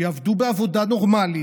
שיעבדו בעבודה נורמלית,